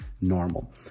normal